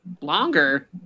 longer